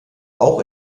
auch